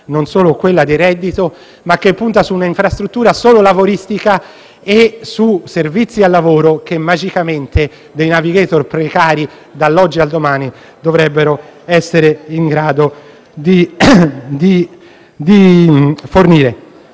non solo quella del reddito, ma su una infrastruttura solo lavoristica e su servizi al lavoro che magicamente dei *navigator* precari dall'oggi al domani dovrebbero essere in grado di fornire.